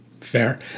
Fair